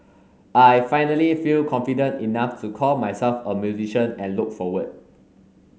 I finally feel confident enough to call myself a musician and look forward